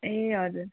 ए हजुर